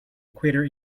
equator